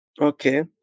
Okay